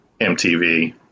MTV